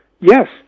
Yes